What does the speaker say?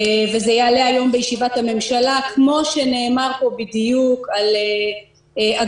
וזה יעלה היום בישיבת הממשלה כמו שנאמר פה בדיוק על הגבלות